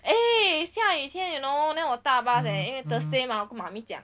诶下雨天 you know then 我搭 bus leh 因为 thursday mar~ 妈咪讲